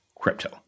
crypto